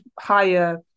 higher